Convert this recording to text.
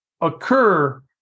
occur